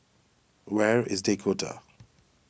where is Dakota